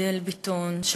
אדל ביטון,